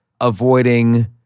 avoiding